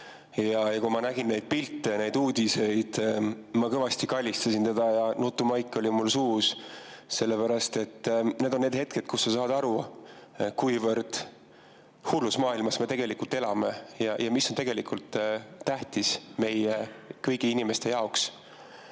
ja kui ma nägin neid pilte, neid uudiseid, siis ma kallistasin teda kõvasti ja mul oli nutumaik suus. Sellepärast, et need on need hetked, kui sa saad aru, kuivõrd hullus maailmas me elame ja mis on tegelikult tähtis meie, kõigi inimeste jaoks.